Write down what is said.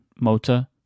motor